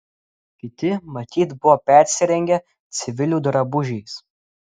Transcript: kiti matyt buvo persirengę civilių drabužiais